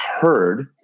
Heard